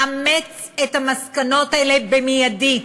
אמץ את המסקנות האלה מייד,